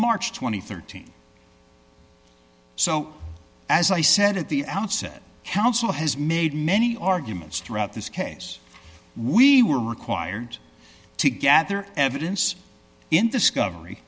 and thirteen so as i said at the outset counsel has made many arguments throughout this case we were required to gather evidence in discovery